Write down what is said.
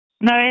No